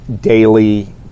daily